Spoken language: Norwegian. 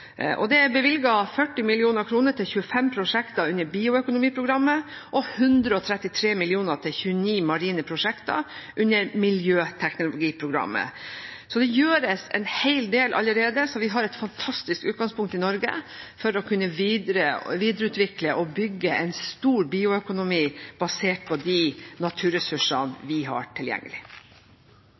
og det er bevilget 40 mill. kr til 25 prosjekter under Bioøkonomiprogrammet og 133 mill. kr til 29 marine prosjekter under miljøteknologiprogrammet. Det gjøres en hel del allerede, så vi har et fantastisk utgangspunkt i Norge for å kunne videreutvikle og bygge en stor bioøkonomi basert på de naturressursene vi har tilgjengelig.